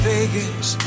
Vegas